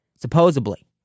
supposedly